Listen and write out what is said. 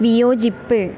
വിയോജിപ്പ്